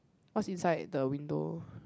what is inside the window